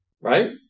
right